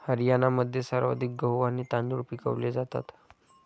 हरियाणामध्ये सर्वाधिक गहू आणि तांदूळ पिकवले जातात